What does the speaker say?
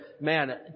man